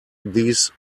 these